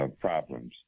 problems